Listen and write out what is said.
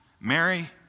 Mary